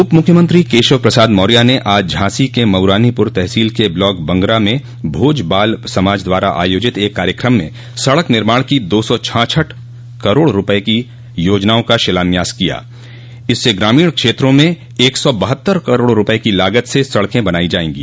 उप मुख्यमंत्री केशव प्रसाद मौर्य ने आज झांसी के मऊरानीपुर तहसील के ब्लॉक बंगरा में भोज बाल समाज द्वारा आयोजित एक कार्यक्रम में सड़क निर्माण की दो सौ छाछठ करोड़ रूपये की योजनाओं का शिलान्यास किया इससे ग्रामीण क्षेत्रों में एक सौ बहत्तर करोड़ रूपये की लागत से सड़कें बनायी जायें गी